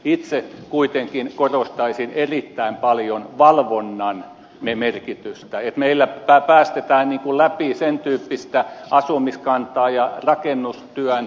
itse kuitenkin korostaisin erittäin paljon valvonnan merkitystä meillä päästetään läpi sentyyppistä asumiskantaa ja rakennustyön jälkeä